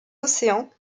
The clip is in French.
océans